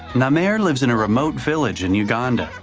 namer lives in a remote village in uganda.